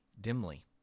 dimly